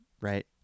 right